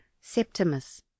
septimus